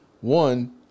One